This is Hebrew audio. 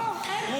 ברוכה תהיי.